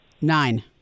nine